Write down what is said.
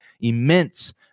immense